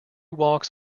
walks